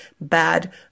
bad